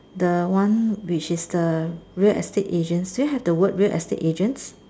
the one which is the real estate agents do you have the word real estate agents